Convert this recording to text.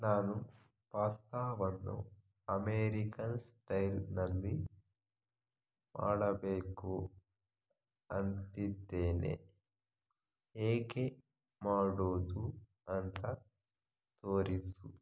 ನಾನು ಪಾಸ್ತಾವನ್ನು ಅಮೆರಿಕನ್ ಸ್ಟೈಲ್ನಲ್ಲಿ ಮಾಡಬೇಕು ಅಂತಿದ್ದೇನೆ ಹೇಗೆ ಮಾಡೋದು ಅಂತ ತೋರಿಸು